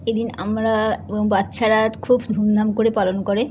এদিন আমরা এবং বাচ্চারা খুব ধুমধাম করে পালন করে